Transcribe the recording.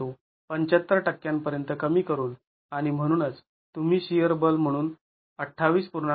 परंतु ७५ टक्क्यांपर्यंत कमी करून आणि म्हणूनच तुम्ही शियर बल म्हणून २८